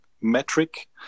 metric